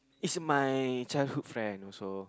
is my childhood friend so